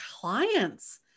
clients